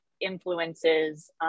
influences